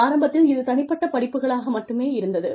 ஆரம்பத்தில் இது தனிப்பட்ட படிப்புகளாக மட்டுமே இருந்தது